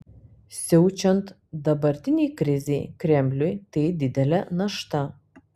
siaučiant dabartinei krizei kremliui tai didelė našta